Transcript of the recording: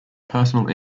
personal